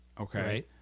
Okay